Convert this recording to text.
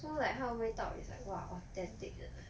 so like 它味道 is like authentic 的 leh